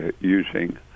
using